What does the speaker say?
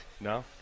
No